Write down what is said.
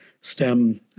STEM